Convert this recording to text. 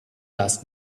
last